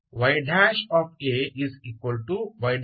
ಹಾಗೆಯೇ ya y